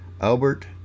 Albert